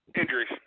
Injuries